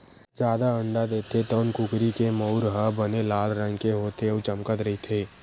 जादा अंडा देथे तउन कुकरी के मउर ह बने लाल रंग के होथे अउ चमकत रहिथे